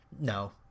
No